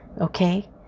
okay